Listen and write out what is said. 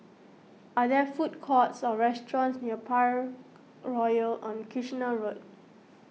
are there food courts or restaurants near Parkroyal on Kitchener Road